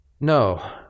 No